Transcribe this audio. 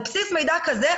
על בסיס מידע כזה,